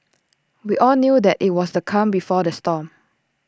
we all knew that IT was the calm before the storm